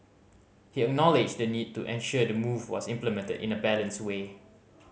he acknowledged the need to ensure the move was implemented in a balanced way